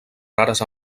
rares